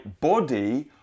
body